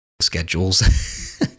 schedules